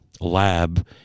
lab